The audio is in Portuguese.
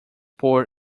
por